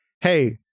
hey